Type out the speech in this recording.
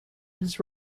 his